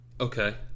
okay